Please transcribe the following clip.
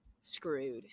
screwed